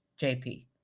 JP